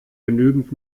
genügend